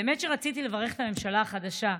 באמת שרציתי לברך את הממשלה החדשה,